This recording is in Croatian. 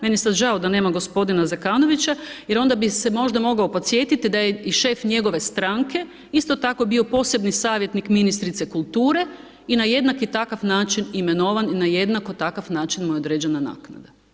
Meni je sada žao da nema g. Zekanovića, jer onda bi se možda mogao podsjetiti da je i šef njegove stranke isto tako bio posebni savjetnik ministrice kulture i na jednaki takav način imenovan i na jednako takav način mu je određena naknada.